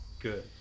good